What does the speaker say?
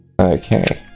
Okay